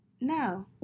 no